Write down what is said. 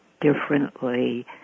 differently